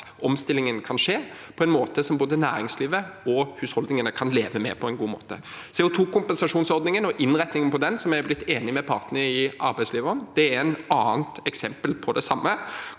omstillingen kan skje på en måte som både næringslivet og husholdningene kan leve godt med. CO2-kompensasjonsordningen og innretningen på den, som vi er blitt enige med partene i arbeidslivet om, er et annet eksempel på det samme.